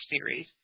series